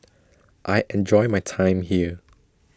I enjoy my time here